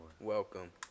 welcome